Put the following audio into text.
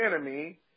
enemy